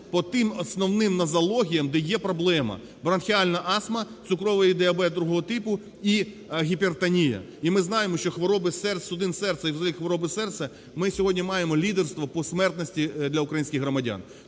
по тим основним нозологіям, де є проблема, бронхіальна астма, цукровий діабет другого типу і гіпертонія. І ми знаємо, що хвороби судин серця і взагалі хвороби серця, ми сьогодні маємо лідерство по смертності для українських громадян,